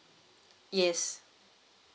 yes